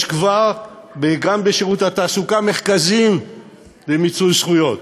יש כבר גם בשירות התעסוקה מרכזים למיצוי זכויות.